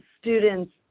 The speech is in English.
students